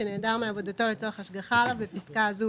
שנעדר מעבודתו לצורך השגחה עליו (בפסקה זו,